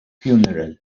funeral